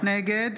נגד